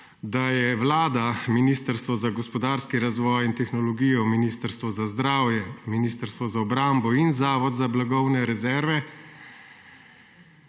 da so Vlada, Ministrstvo za gospodarski razvoj in tehnologijo, Ministrstvo za zdravje, Ministrstvo za obrambo in Zavod za blagovne rezerve